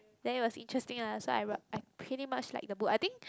then it was interesting lah so I I pretty much like the book I think